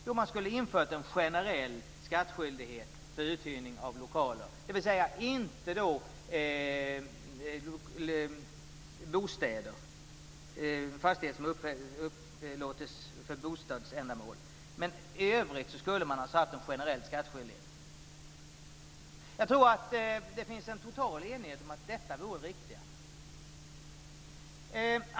Jo, man skulle ha infört en generell skattskyldighet för uthyrning av lokaler, dvs. inte fastigheter som upplåts för bostadsändamål. I övrigt skulle man alltså ha haft en generell skattskyldighet. Jag tror att det finns en total enighet om att detta vore det riktiga.